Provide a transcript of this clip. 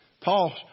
Paul